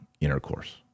intercourse